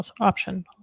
option